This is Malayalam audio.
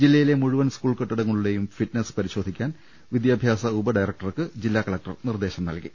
ജില്ല യിലെ മുഴുവൻ സ്കൂൾ കെട്ടിടങ്ങളുടെയും ഫിറ്റ്നെസ് പരിശോധിക്കാൻ വിദ്യാഭ്യാസ ഉപ ഡയറക്ടർക്ക് ജില്ലാ കലക്ടർ നിർദ്ദേശം നല്കി